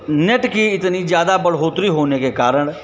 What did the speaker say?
net की इतनी ज़्यादा बढ़ोत्तरी होने के कारण